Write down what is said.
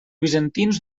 bizantins